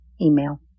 email